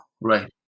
Right